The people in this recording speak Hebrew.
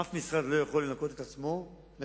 אף משרד לא יכול לנקות את עצמו מהביורוקרטיה,